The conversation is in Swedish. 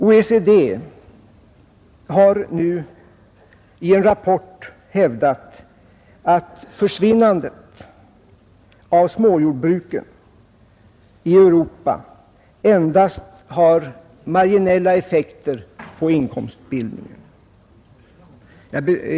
OECD har i en rapport hävdat att småjordbrukens försvinnande i Europa endast har marginella effekter på inkomstbildningen.